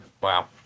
Wow